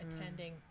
attending